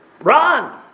Run